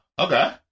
Okay